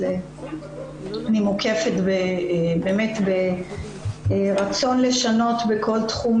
כך שאני מוקפת ברצון לשנות בכל תחום